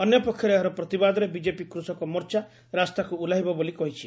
ଅନ୍ୟପକ୍ଷରେ ଏହାର ପ୍ରତିବାଦରେ ବିଜେପି କୃଷକ ମୋର୍ଚ୍ଚା ରାସ୍ତାକୁ ଓହ୍ନାଇବ ବୋଲି କହିଛି